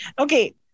Okay